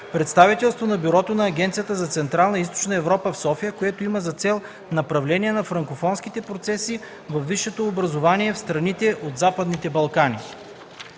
представителство на Бюрото на Агенцията за Централна и Източна Европа в София, което има за цел направление на франкофонските процеси във висшето образование в страните от Западните Балкани.